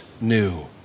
new